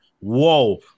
whoa